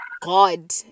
god